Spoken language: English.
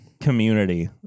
community